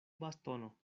bastono